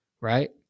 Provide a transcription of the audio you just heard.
right